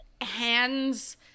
hands